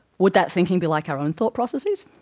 would that thinking be like our own thought processes,